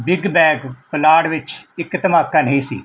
big bag ਪੁਲਾੜ ਵਿੱਚ ਇੱਕ ਧਮਾਕਾ ਨਹੀਂ ਸੀ